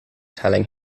telling